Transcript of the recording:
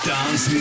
Dance